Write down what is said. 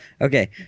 Okay